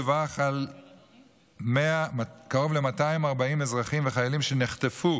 דווח על קרוב ל-240 אזרחים וחיילים שנחטפו